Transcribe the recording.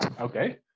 Okay